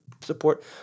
support